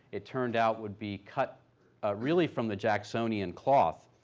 it turned out would be cut really from the jacksonian cloth,